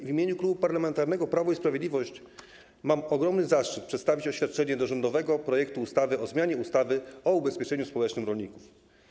W imieniu Klubu Parlamentarnego Prawo i Sprawiedliwość mam ogromny zaszczyt przedstawić stanowisko wobec rządowego projektu ustawy o zmianie ustawy o ubezpieczeniu społecznym rolników.